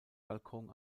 balkon